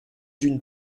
d’une